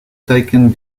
taken